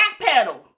backpedal